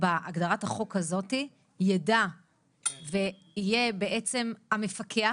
בהגדרת החוק הזאת, ידע ויהיה בעצם המפקח.